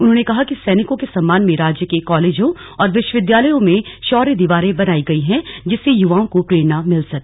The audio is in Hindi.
उन्होंने कहा कि सैनिकों के सम्मान में राज्य के कॉलेजों और विश्वविद्यालयों में शौर्य दिवारें बनाई गई हैं जिससे युवाओं को प्रेरणा मिल सके